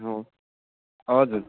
हजुर